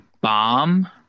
bomb